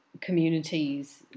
communities